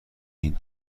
این